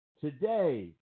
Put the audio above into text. Today